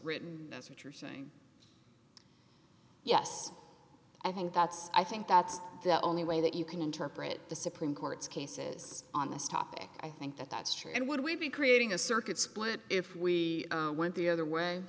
written that's what you're saying yes i think that's i think that's the only way that you can interpret the supreme court's cases on this topic i think that that's true and would we be creating a circuit split if we went the other way